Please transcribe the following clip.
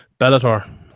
Bellator